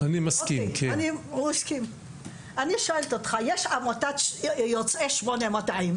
אני שואלת אותך, יש עמותת יוצאי 8200,